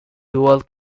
dual